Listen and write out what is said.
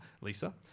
Lisa